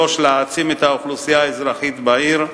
3. להעצים את האוכלוסייה האזרחית בעיר,